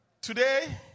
Today